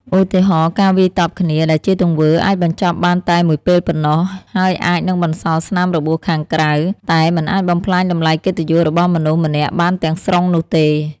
ឧទាហរណ៍៖ ការវាយតប់គ្នា ដែលជាទង្វើ អាចបញ្ចប់បានតែមួយពេលប៉ុណ្ណោះ ហើយអាចនឹងបន្សល់ស្នាមរបួសខាងក្រៅ តែមិនអាចបំផ្លាញតម្លៃកិត្តិយសរបស់មនុស្សម្នាក់បានទាំងស្រុងនោះទេ។